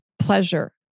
pleasure